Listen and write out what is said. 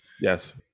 Yes